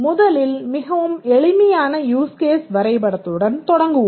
முதலில் மிகவும் எளிமையான யூஸ் கேஸ் வரைபடத்துடன் தொடங்குவோம்